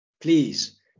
Please